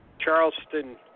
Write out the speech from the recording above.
Charleston